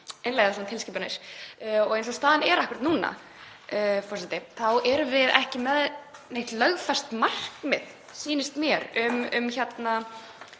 svona tilskipanir. Eins og staðan er akkúrat núna, forseti, þá erum við ekki með neitt lögfest markmið, sýnist mér, um losun